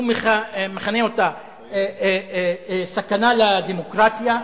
הוא מכנה אותה "סכנה לדמוקרטיה".